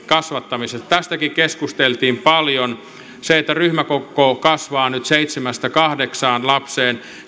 kasvattamisesta tästäkin keskusteltiin paljon tämä muutos että ryhmäkoko kasvaa nyt seitsemästä kahdeksaan lapseen